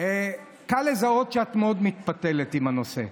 קל לזהות שאת מאוד מתפתלת עם הנושא.